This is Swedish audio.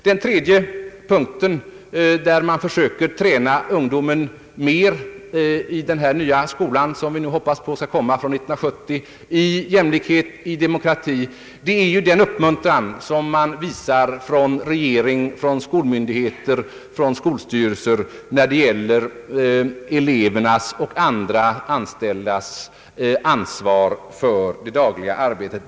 Jag kommer så, herr talman, till den tredje punkten, där man i den nya skola, som vi alla hoppas på skall komma från år 1970, skall träna ungdomen mer i fråga om jämlikhet och demokrati. Jag syftar här på den uppmuntran som visas från regering, skolmyndigheter och skolstyrelser när det gäller elevernas och andra anställdas ansvar för det dagliga arbetet.